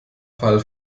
fall